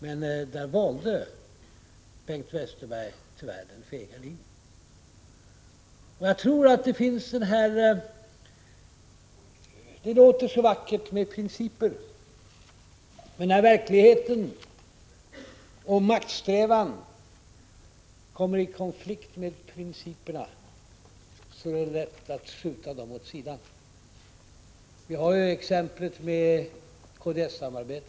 Men där valde Bengt Westerberg tyvärr den fega linjen. Det låter så vackert att tala om principer, men när verkligheten och maktsträvan kommer i konflikt med principerna är det lätt att skjuta principerna åt sidan. Vi har ju exemplet med kds-samarbetet.